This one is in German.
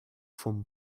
vom